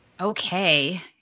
Okay